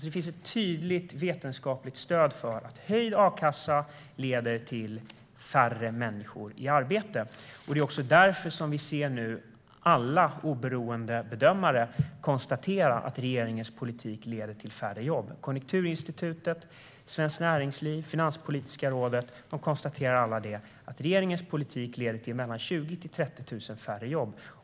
Det finns alltså ett tydligt, vetenskapligt stöd för att höjd a-kassa leder till färre människor i arbete, och det är också därför vi nu ser alla oberoende bedömare konstatera att regeringens politik leder till färre jobb. Konjunkturinstitutet, Svenskt Näringsliv och Finanspolitiska rådet konstaterar alla att regeringens politik leder till mellan 20 000 och 30 000 färre jobb.